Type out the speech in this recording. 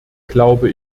glaube